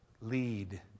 lead